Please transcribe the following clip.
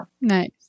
Nice